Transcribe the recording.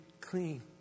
clean